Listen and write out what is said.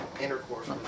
intercourse